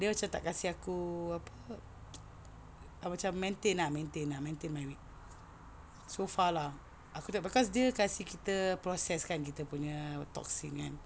dia macam tak kasi aku apa macam maintain ah maintain maintain my weight so far lah aku dah cause dia kasi kita process kan kita punya toksin kan